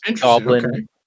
goblin